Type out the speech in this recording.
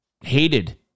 hated